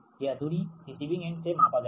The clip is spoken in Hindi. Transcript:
यह दूरी रेसेविंग एंड से मापा गया है